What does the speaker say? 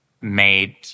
made